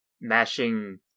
mashing